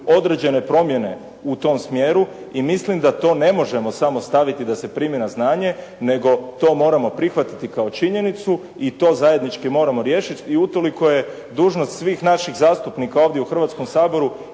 određene promjene u tom smjeru i mislim da to ne možemo samo staviti da se primi na znanje, nego to moramo prihvatiti kao činjenicu i to zajednički moramo riješiti i utoliko je dužnost svih naših zastupnika ovdje u Hrvatskom saboru